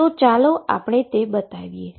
તો ચાલો હવે આપણે તે બતાવીએ